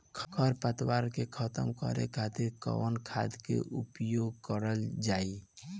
खर पतवार के खतम करे खातिर कवन खाद के उपयोग करल जाई?